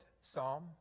psalm